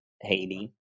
Haiti